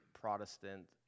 Protestant